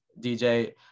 DJ